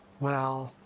well.